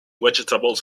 vegetables